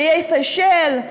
באיי סיישל,